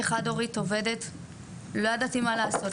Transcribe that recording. כאם חד הורית שעובדת לא ידעתי לאן לפנות או מה לעשות,